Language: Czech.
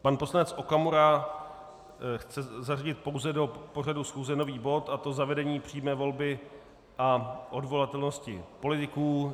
Pan poslanec Okamura chce zařadit pouze do pořadu schůze nový bod, a to zavedení přímé volby a odvolatelnosti politiků.